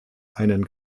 einen